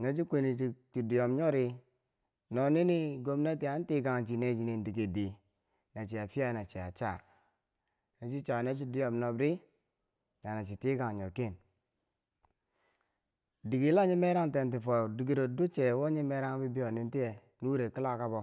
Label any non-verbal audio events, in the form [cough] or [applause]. No chi kweni [hesitation] chi dwiyom nyo ri no nini gwomnati an tikang chi, nechi nen dikeri di na achia fiya na achiya cha no chi cha no chi dwiyom nobri la chi tikang yo ken, dike la nyi merang ten ti foweu dikero duche wo nyi merang bibeiyo nen tiye nuree kila kabo